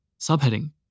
Subheading